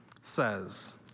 says